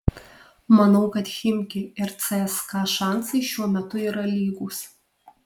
manau kad chimki ir cska šansai šiuo metu yra lygūs